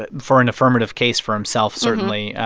but for an affirmative case for himself, certainly.